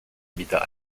habitat